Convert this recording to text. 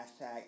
Hashtag